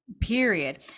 period